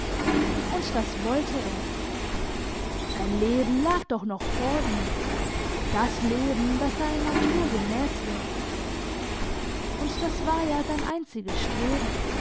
und das wollte er sein leben lag doch noch vor ihm das leben das seiner natur gemäss wäre und das war ja sein einziges streben